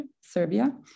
Serbia